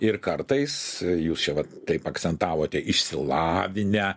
ir kartais jūs čia vat taip akcentavote išsilavinę